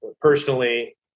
personally